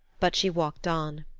but she walked on.